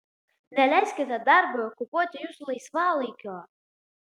neleiskite darbui okupuoti jūsų laisvalaikio